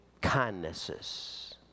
kindnesses